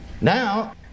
Now